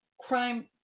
crime